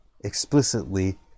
explicitly